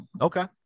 Okay